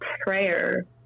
prayer